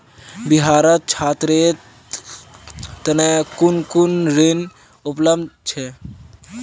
बिहारत छात्रेर तने कुन कुन ऋण उपलब्ध छे